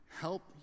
help